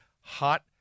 hot